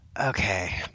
Okay